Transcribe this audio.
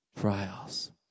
trials